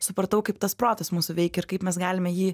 supratau kaip tas protas mūsų veikia ir kaip mes galime jį